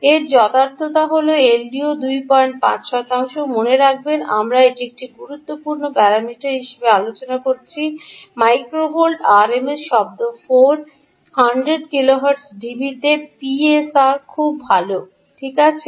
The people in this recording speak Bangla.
এর যথার্থতা হল এলডিও 25 শতাংশ মনে রাখবেন আমরা এটি একটি গুরুত্বপূর্ণ প্যারামিটার হিসাবে আলোচনা করেছি মাইক্রোভোল্ট আরএমএসে শব্দ 4 100 কিলোহার্টজ ডিবিতে পিএসআর 60 খুব ভাল রাইট